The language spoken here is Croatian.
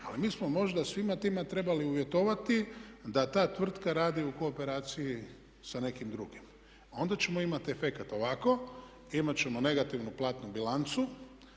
ali mi smo možda svima tima trebali uvjetovati da ta tvrtka radi u kooperaciji sa nekim drugim. Onda ćemo imati efekat. Ovako imat ćemo negativnu platnu bilancu.